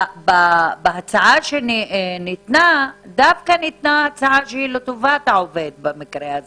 בהצעה שניתנה דווקא ניתנה הצעה שהיא לטובת העובד במקרה הזה